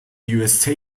usa